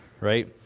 right